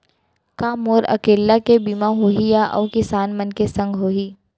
का मोर अकेल्ला के बीमा होही या अऊ किसान मन के संग होही?